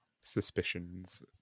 Suspicions